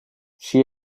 she